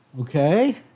Okay